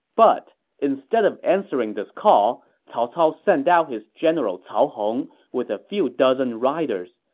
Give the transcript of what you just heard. but instead of answering this call, cao cao sent out his general cao hong with a few dozen riders.